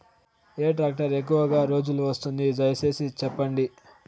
ఏ tractor ఎక్కువగా రోజులు వస్తుంది, దయసేసి చెప్పండి?